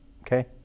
Okay